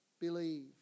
believe